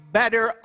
better